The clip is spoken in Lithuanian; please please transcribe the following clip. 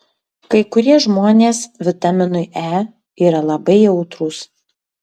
kai kurie žmonės vitaminui e yra labai jautrūs